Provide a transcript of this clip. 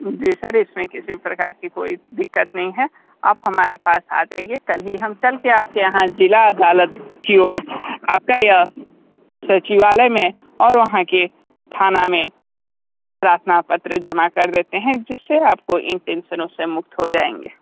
जी sir इसमें किसी भी प्रकार की कोई दिक्कत नहीं है आप हमारे पास आ जाइए कल ही हम चलके आपके यहाँ ज़िला अदालत की ओर आपका यह सचिवालय में और वहाँ के थाना में प्रार्थना पत्र जमा कर देते हैैं जिससे आपको इन टेंशनों से मुक्त हो जाएंगे